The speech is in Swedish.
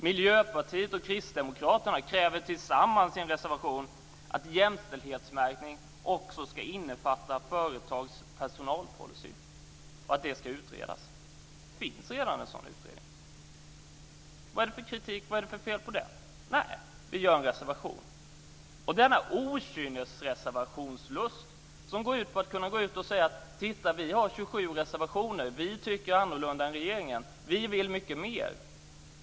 Miljöpartiet och Kristdemokraterna kräver tillsammans i en reservation att jämställdhetsmärkning också ska innefatta företags personalpolicy och att det ska utredas. Det finns redan en sådan utredning. Vad är det för fel på den? Man skriver en reservation. Dessa okynnesreservationer går ut på att man ska kunna säga: Titta vi har 27 reservationer. Vi tycker annorlunda än regeringen. Vi vill mycket mer.